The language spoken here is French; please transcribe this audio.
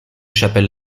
chapelles